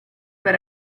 per